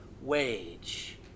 wage